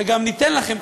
וגם ניתן לכם,